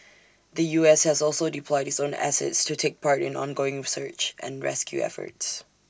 the U S has also deployed its own assets to take part in ongoing research and rescue efforts